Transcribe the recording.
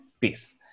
Peace